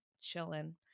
chilling